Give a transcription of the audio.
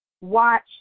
Watch